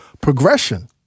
progression